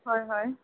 হয় হয়